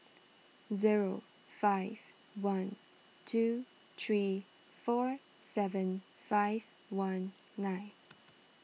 zero five one two three four seven five one nine